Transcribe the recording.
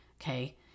Okay